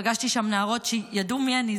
פגשתי שם נערות שידעו מי אני,